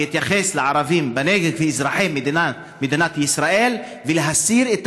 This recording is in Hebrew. להתייחס לערבים בנגב כאל אזרחי מדינת ישראל ולהסיר את